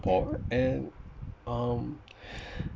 and um